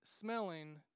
smelling